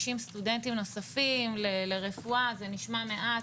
60 סטודנטים נוספים לרפואה זה נשמע מעט,